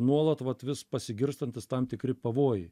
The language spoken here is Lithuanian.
nuolat vat vis pasigirstantys tam tikri pavojai